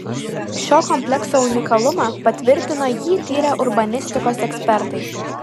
šio komplekso unikalumą patvirtino jį tyrę urbanistikos ekspertai